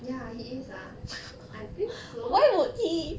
ya he is ah I think so